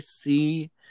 see